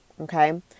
Okay